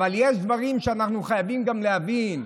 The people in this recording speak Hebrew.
אבל יש דברים שאנחנו חייבים גם להבין: